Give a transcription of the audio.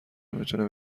نمیتونه